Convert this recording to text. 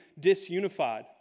disunified